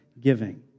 giving